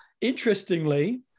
interestingly